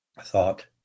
thought